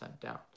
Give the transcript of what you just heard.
down